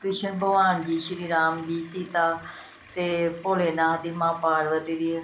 ਕ੍ਰਿਸ਼ਨ ਭਗਵਾਨ ਜੀ ਸ਼੍ਰੀ ਰਾਮ ਜੀ ਸੀਤਾ ਤੇ ਭੋਲੇਨਾਥ ਦੀ ਮਾਂ ਪਾਰਵਤੀ ਦੀਆਂ